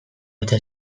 eta